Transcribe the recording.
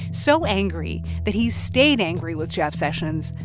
so angry that he stayed angry with jeff sessions,